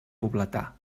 pobletà